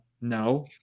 no